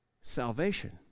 salvation